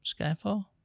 skyfall